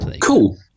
Cool